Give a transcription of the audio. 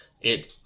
it-